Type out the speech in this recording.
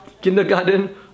kindergarten